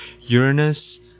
uranus